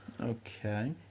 Okay